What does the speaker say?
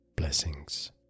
Blessings